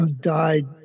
died